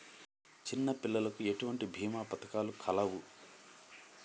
చిన్నపిల్లలకు ఎటువంటి భీమా పథకాలు కలవు?